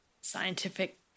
scientific